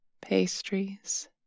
pastries